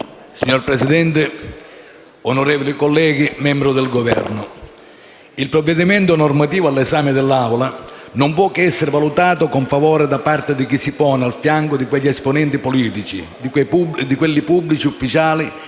Signor Presidente, onorevoli colleghi, membri del Governo, il provvedimento all'esame dell'Assemblea non può che essere valutato con favore da parte di chi si pone al fianco di quegli esponenti politici, di quei pubblici ufficiali